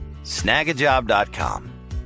snagajob.com